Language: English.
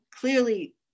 clearly